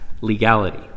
legality